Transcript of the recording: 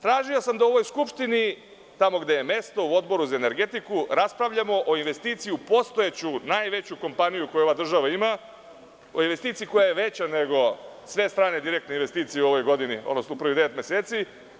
Tražio sam da u ovoj skupštini, tamo gde je mesto, na Odboru za energetiku raspravljamo o investiciji postojećoj najvećoj kompaniji, koju ova država ima, o investiciji koja je veća od svih stranih direktnih investicija u ovoj godini, odnosno u prvih devet meseci.